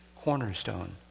cornerstone